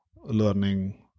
learning